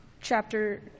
chapter